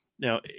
Now